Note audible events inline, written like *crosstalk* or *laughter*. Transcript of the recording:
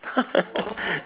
*laughs*